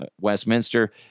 Westminster